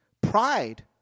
Pride